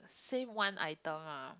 say one item ah